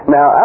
Now